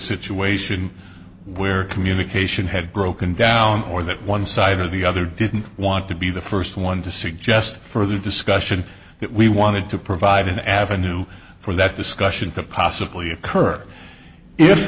situation where communication had broken down or that one side or the other didn't want to be the first one to suggest further discussion that we wanted to provide an avenue for that discussion to possibly occur if